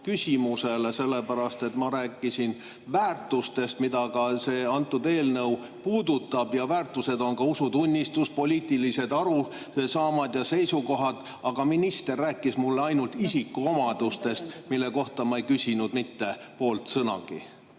küsimusele, sellepärast et ma rääkisin väärtustest, mida see eelnõu puudutab. Väärtused on ka usutunnistus, poliitilised arusaamad ja seisukohad, aga minister rääkis mulle ainult isikuomadustest, mille kohta ma ei küsinud mitte poole sõnagagi.